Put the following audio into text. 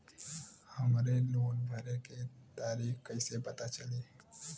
हमरे लोन भरे के तारीख कईसे पता चली?